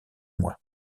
mois